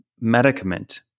medicament